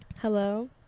Hello